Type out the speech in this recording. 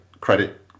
credit